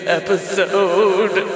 episode